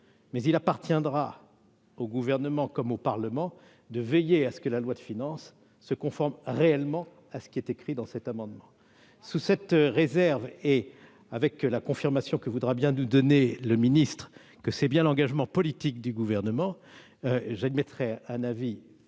Il appartiendra au Gouvernement comme au Parlement de veiller à ce que la loi de finances se conforme réellement à ce qui est écrit dans cet amendement. Sous cette réserve, et avec la confirmation que M. le secrétaire d'État voudra bien nous donner qu'il s'agit là d'un engagement politique du Gouvernement, j'émettrai un avis